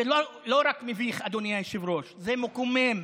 זה לא רק מביך, אדוני היושב-ראש, זה מקומם.